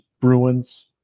Bruins